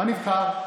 מה נבחר?